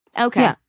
okay